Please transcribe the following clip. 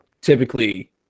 typically